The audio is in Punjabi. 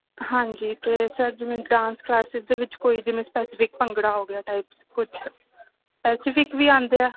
ਹਾਂਜੀ ਤੇ ਸਰ ਜਿਵੇਂ ਡਾਂਸ ਕਲਾਸਿਸ ਦੇ ਵਿੱਚ ਕੋਈ ਜਿਵੇਂ ਸਪੈਸੀਫਿਕ ਭੰਗੜਾ ਹੋ ਗਿਆ ਲਾਈਵ ਕੁਛ ਐਸੀਫਿਕ ਵੀ ਆਉਂਦੇ ਆ